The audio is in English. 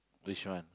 which one